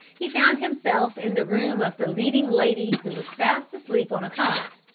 he found himself in the room of the leading lady who was fast asleep on a cot.